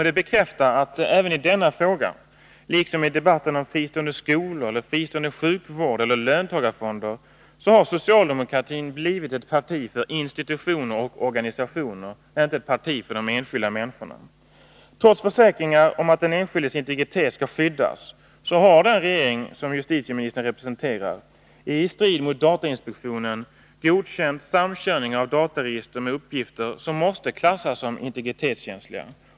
Det bekräftar att även i denna fråga — liksom i debatten om fristående skolor, fristående sjukvård eller löntagarfonder — har socialdemokratin blivit ett parti för institutioner och organisationer, inte ett parti för de enskilda människorna. Trots försäkringar om att den enskildes integritet skall skyddas, har den regering justitieministern representerar i strid mot datainspektionen godkänt samkörningar av dataregister med uppgifter som måste klassas som integritetskänsliga.